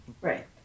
Right